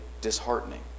disheartening